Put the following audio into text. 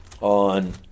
on